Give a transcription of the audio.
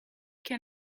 can